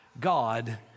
God